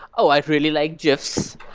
oh! i really like gifs.